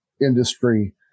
industry